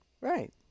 Right